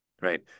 Right